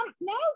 no